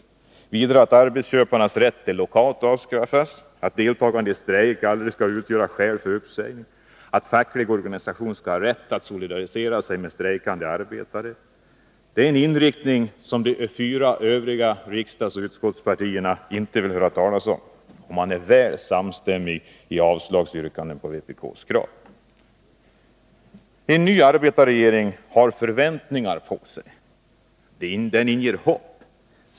Vidare föreslår vi lagar som innebär att arbetsköparnas rätt till lockout avskaffas, att deltagande i strejk aldrig kan utgöra skäl för uppsägning och att facklig organisation har rätt att solidarisera sig med strejkande arbetare. Detta är en inriktning som de fyra övriga utskottspartierna inte vill höra talas om, och samstämmigheten är stor när det gäller att yrka avslag på vpk:s krav. En ny arbetarregering har förväntningar på sig. Den inger hopp.